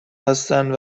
هستند